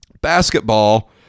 Basketball